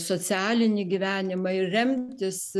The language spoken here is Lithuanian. socialinį gyvenimą ir remtis